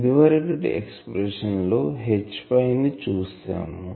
ఇదివరకటి ఎక్సప్రెషన్ లో Hϕ ని చూసాము